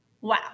wow